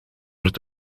het